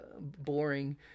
boring